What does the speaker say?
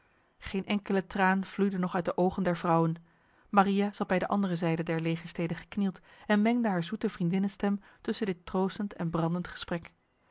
geen enkele traan vloeide nog uit de ogen der vrouwen maria zat bij de andere zijde der legerstede geknield en mengde haar zoete vriendinnenstem tussen dit troostend en brandend gesprek